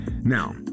Now